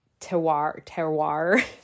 terroir